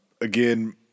Again